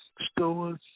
stores